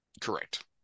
Correct